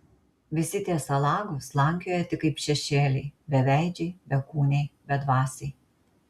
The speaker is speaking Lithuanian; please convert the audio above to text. visi tie salagos slankioja tik kaip šešėliai beveidžiai bekūniai bedvasiai